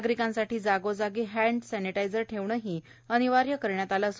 नागरिकांसाठी जागोजागी hand sanitiser ठेवणही अनिवार्य करण्यात आलं आहे